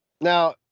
Now